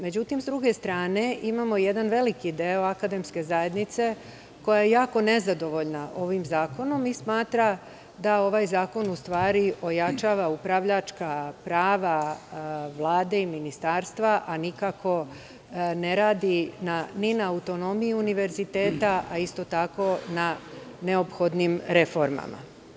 Međutim, s druge strane imamo jedan veliki deo akademske zajednice koja je jako nezadovoljna ovim zakonom i smatra da ovaj zakon, u stvari, ojačava upravljačka prava Vlade i Ministarstva, a nikako ne radi ni na autonomiji univerziteta, a isto tako na neophodnim reformama.